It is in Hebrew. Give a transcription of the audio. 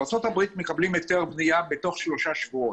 בארצות הברית מקבלים היתר בנייה תוך שלושה שבועות.